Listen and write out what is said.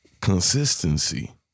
consistency